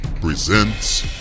presents